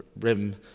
RIM